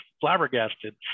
flabbergasted